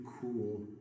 cool